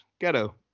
Ghetto